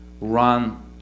run